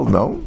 no